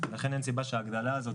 לכן אין סיבה שההגדלה הזאת,